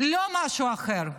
לא משהו אחר.